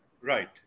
Right